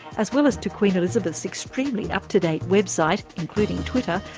as well as to queen elizabeth's extremely up to date website, including twitter,